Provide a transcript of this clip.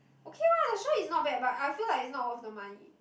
okay lah that's why is not bad but I feel like is not worth some money